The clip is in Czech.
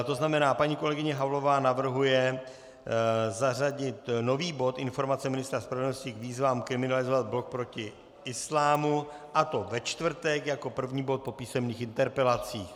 To znamená, paní kolegyně Havlová navrhuje zařadit nový bod Informace ministra spravedlnosti k výzvám kriminalizovat Blok proti islámu, a to ve čtvrtek jako první bod po písemných interpelacích.